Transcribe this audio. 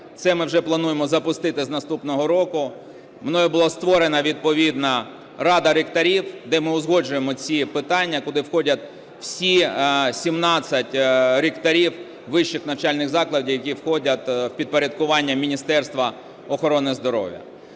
Це ми вже плануємо запустити з наступного року. Мною була створена відповідна рада ректорів, де ми узгоджуємо ці питання, куди входять всі 17 ректорів вищих навчальних закладів, які входять в підпорядкування Міністерства охорони здоров'я.